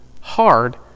hard